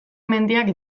mendiak